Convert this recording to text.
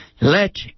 Let